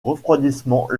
refroidissement